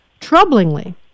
Troublingly